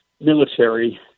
military